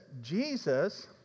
Jesus